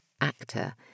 actor